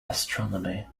astronomy